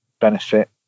benefit